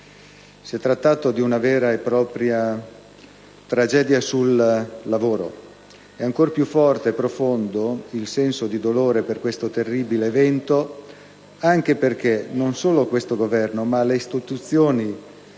Si è trattato di una vera e propria tragedia sul lavoro. È ancora più forte e profondo il senso di dolore per questo terribile evento anche perché non solo questo Governo ma le istituzioni